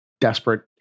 desperate